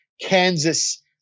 Kansas